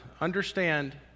understand